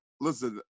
Listen